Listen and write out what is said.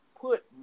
put